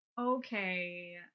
Okay